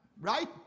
right